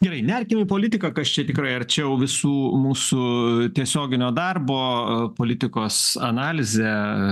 gerai nerkim į politiką kas čia tikrai arčiau visų mūsų tiesioginio darbo politikos analizė